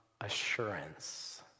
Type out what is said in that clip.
assurance